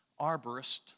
arborist